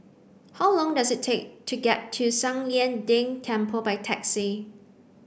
how long does it take to get to San Lian Deng Temple by taxi